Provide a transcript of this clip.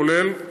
כולל אתמול,